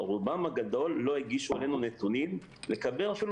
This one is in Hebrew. רובם הגדול לא הגישו נתונים לקבל אפילו